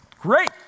Great